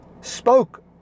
spoke